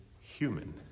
human